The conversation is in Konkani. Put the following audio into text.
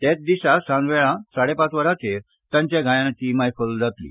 तेच दिसा सांजवेळा साडेपांच वरांचेर तांच्या गायनाची मैफल जातली